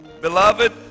Beloved